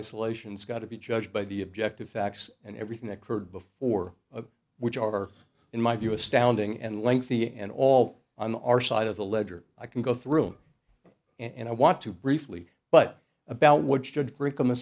isolation it's got to be judged by the objective facts and everything that occurred before which are in my view astounding and lengthy and all on our side of the ledger i can go through and i want to briefly but about what should c